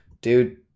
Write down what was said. dude